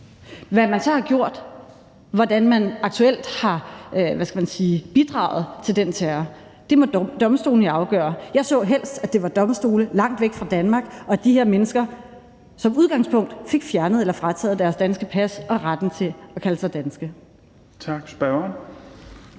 Hvad man så har gjort, og hvordan man aktuelt har bidraget til den terror, må domstolene jo afgøre. Jeg så helst, at det var domstole langt væk fra Danmark, og at de her mennesker som udgangspunkt fik fjernet eller frataget deres danske pas og retten til at kalde sig danske.